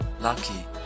lucky